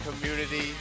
community